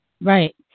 Right